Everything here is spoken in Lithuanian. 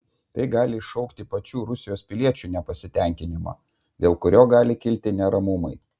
tai gali iššaukti pačių rusijos piliečių nepasitenkinimą dėl kurio gali kilti neramumai